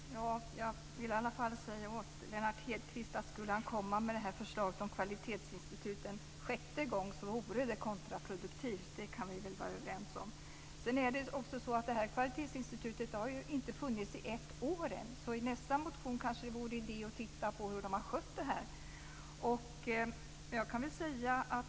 Fru talman! Jag vill i alla fall säga att om Lennart Hedquist skulle komma med förslaget om kvalitetsinstitut en sjätte gång vore det kontraproduktivt. Det kan vi väl vara överens om. Sedan har ju det här kvalitetsinstitutet inte funnits i ett år än. I nästa motion kanske det vore idé att titta på hur man har skött det här.